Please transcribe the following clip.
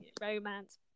romance